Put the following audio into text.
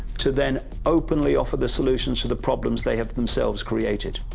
to then openly offer the solutions to the problems they have themselves created.